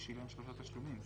הוא שילם שלושה תשלומים.